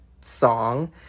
song